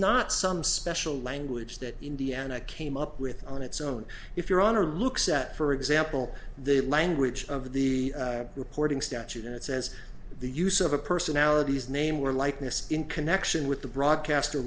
not some special language that indiana came up with on its own if your honor looks at for example the language of the reporting statute and it says the use of a personalities name or likeness in connection with the broadcaster